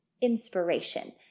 inspiration